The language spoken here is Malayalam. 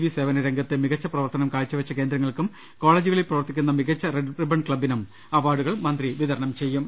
വി സേവനരംഗത്ത് മികച്ച പ്രവർത്തനം കാഴ്ചവെച്ച കേന്ദ്രങ്ങൾക്കും കോളജുകളിൽ പ്രവർത്തിക്കുന്ന മികച്ച റെഡ് റിബൺ ക്ലബിനും അവാർഡുകൾ മന്ത്രി വിതരണം ചെയ്യും